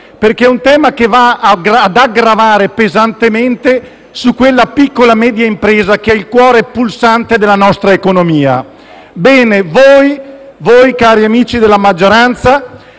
caro, perché va a gravare pesantemente su quella piccola e media impresa che è il cuore pulsante della nostra economia. Voi, cari amici della maggioranza,